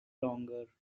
longer